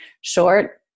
short